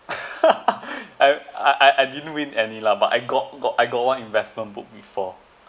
I I I didn't win any lah but I got got I got one investment book before